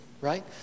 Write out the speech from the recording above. right